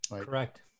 Correct